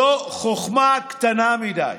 זאת חכמה קטנה מדי.